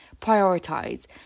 prioritize